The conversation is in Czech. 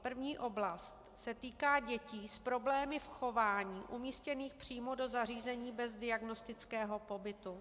První oblast se týká dětí s problémy v chování umístěných přímo do zařízení bez diagnostického pobytu.